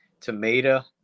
tomato